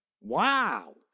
Wow